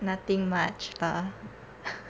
nothing much lah